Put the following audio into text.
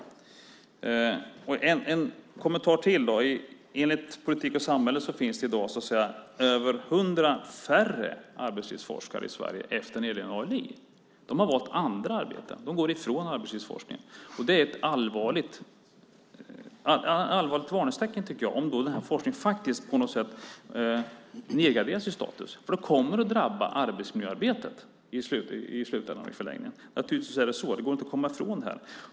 En kommentar till: Enligt Politik & samhälle finns det i dag över hundra färre arbetslivsforskare i Sverige efter nedläggningen av ALI. De har valt andra arbeten; de går ifrån arbetslivsforskningen. Det är ett allvarligt varningstecken, tycker jag, om den här forskningen faktiskt nedgraderas i status. Det kommer att drabba arbetsmiljöarbetet i förlängningen. Naturligtvis är det så. Det går inte att komma ifrån det.